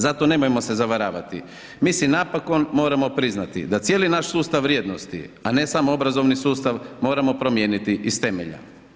Zato se nemojmo zavaravati, mi si napokon moramo priznati da cijeli naš sustav vrijednosti, a ne samo obrazovni sustav moramo promijeniti iz temelja.